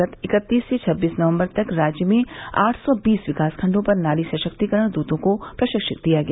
गत इक्कीस से छब्बीस नवम्बर तक राज्य में आठ सौ बीस विकासखंडो पर नारी सशक्तिकरण दूतों को प्रशिक्षित किया गया